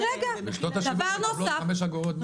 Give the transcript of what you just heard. רשתות השיווק מקבלות 5 אגורות דמי עידוד.